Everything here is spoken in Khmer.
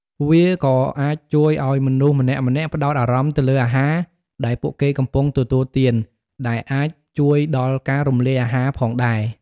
វាក៏អាចជួយឱ្យមនុស្សម្នាក់ៗផ្តោតអារម្មណ៍ទៅលើអាហារដែលពួកគេកំពុងទទួលទាន ដែលអាចជួយដល់ការរំលាយអាហារផងដែរ។